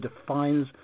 defines